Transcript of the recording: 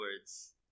words